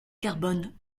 carbone